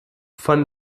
von